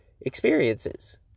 experiences